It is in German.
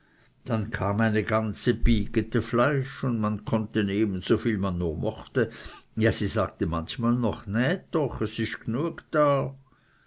dann kam eine ganze bigete fleisch und man konnte nehmen soviel man nur mochte ja sie sagte manchmal noch nät doch es isch gnue da